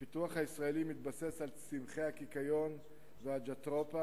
הפיתוח הישראלי מתבסס על צמחי הקיקיון והג'טרופה.